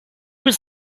was